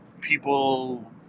people